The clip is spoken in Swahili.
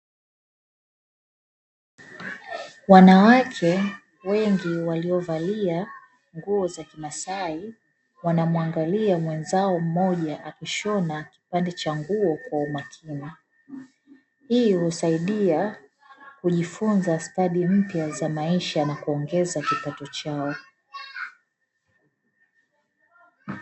Wanaume wengi waliovalia nguo za kimasai, wanamwangalia mwenzao mmoja akishona kipande cha nguo kwa umakini. Hii inawasaidia kujifunza stadi mpya za maisha na kuongeza kipato chao.